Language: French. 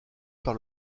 par